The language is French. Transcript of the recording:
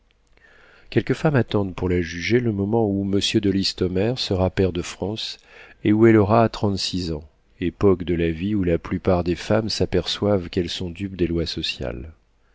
quelques femmes attendent pour la juger le moment où monsieur de listomère sera pair de france et où elle aura trente-six ans époque de la vie où la plupart des femmes s'aperçoivent qu'elles sont dupes des lois sociales